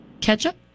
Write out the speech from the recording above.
Ketchup